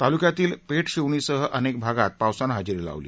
तालूक्यातील पेठशिवणीसह अनेक भागात पावसाने इजेरी लावली